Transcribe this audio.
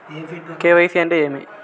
KYC అంటే ఏమి?